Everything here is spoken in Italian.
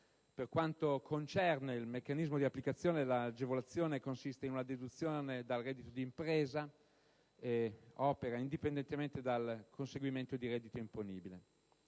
Per quanto concerne il meccansimo di applicazione, l'agevolazione consiste in una deduzione dal reddito d'impresa e opera indipendentemente dal conseguimento di reddito imponibile.